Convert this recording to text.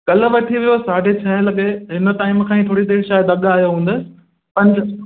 कल्ह वठी वियो हुयुसि साढे छहें लॻे हिन टाईम खां ई थोरी देरि शायदि अॻु आयो हूंदुसि पंज